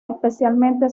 especialmente